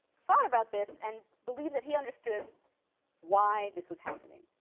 thought about this and believed that he understood why this was happening.